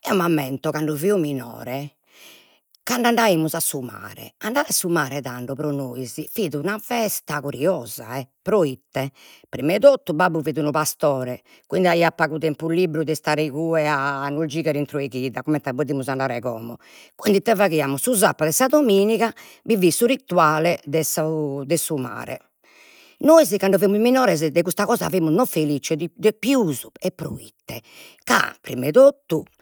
Eo m'ammento cando fio minore, cand'andaimus a su mare, andare a su mare fit pro nois una festa curiosa proite, primu 'e tottu babbu fit unu pastore, quindi aiat pagu tampus liberu de istare igue a nos gighere intro 'e chida, comente podimus andare como. Quindi ite faghiamus, su sapadu e sa dominiga bi fit su rituale de su de su mare, nois cando fimus minores de custa cosa fimus no felices pius, e proite, ca prima 'e totu